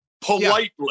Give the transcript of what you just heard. politely